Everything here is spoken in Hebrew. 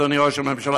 אדוני ראש הממשלה.